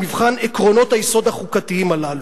במבחן עקרונות היסוד החוקתיים הללו.